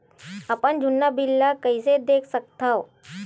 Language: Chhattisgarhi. अपन जुन्ना बिल ला कइसे देख सकत हाव?